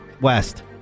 West